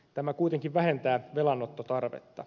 tämä kuitenkin vähentää velanottotarvetta